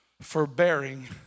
forbearing